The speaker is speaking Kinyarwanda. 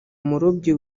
umurobyi